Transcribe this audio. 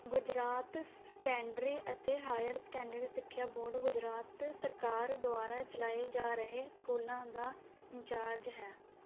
Gujarat secondary ਅਤੇ higher secondary ਸਿੱਖਿਆ board Gujarat ਸਰਕਾਰ ਦੁਆਰਾ ਚਲਾਏ ਜਾ ਰਹੇ ਸਕੂਲਾਂ ਦਾ ਇੰਚਾਰਜ ਹੈ